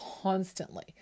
constantly